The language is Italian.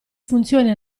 funzioni